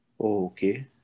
Okay